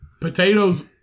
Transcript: Potatoes